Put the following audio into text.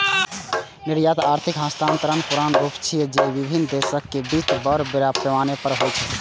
निर्यात आर्थिक हस्तांतरणक पुरान रूप छियै, जे विभिन्न देशक बीच बड़ पैमाना पर होइ छै